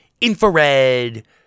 infrared